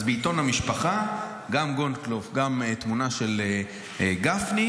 אז בעיתון משפחה גם גולדקנופ, גם תמונה של גפני,